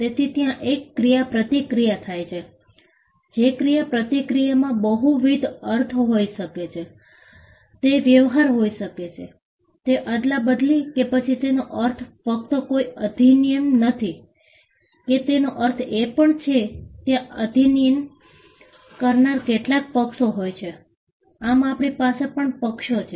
તેથી ત્યાં એક ક્રિયાપ્રતિક્રિયા થાય છે જે ક્રિયાપ્રતિક્રિયામાં બહુવિધ અર્થ હોઈ શકે છે તે વ્યવહાર હોઈ શકે છે તે અદલાબદલી કે પછી તેનો અર્થ ફક્ત કોઈ અધિનિયમ નથી કે તેનો અર્થ એ પણ છે કે ત્યાં અધિનિયમ કરનારા કેટલાક પક્ષો હોય છે આમ આપણી પાસે પણ પક્ષો છે